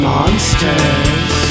Monsters